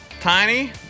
Tiny